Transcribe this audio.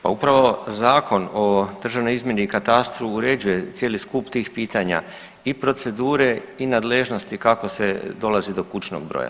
Pa upravo Zakon o državnoj izmjeri i katastru uređuje cijeli skup tih pitanja i procedure i nadležnosti kako se dolazi do kućnog broja.